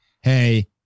hey